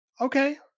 okay